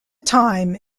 time